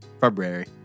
February